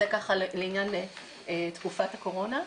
זה לעניין תקופת הקורונה.